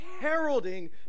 heralding